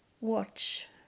watch